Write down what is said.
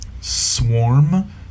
Swarm